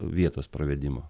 vietos pravedimo